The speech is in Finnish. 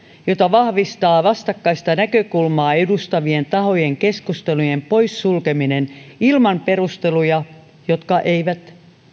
jota vahvistaa vastakkaista näkökulmaa edustavien tahojen keskustelujen poissulkeminen ilman perusteluja jotka eivät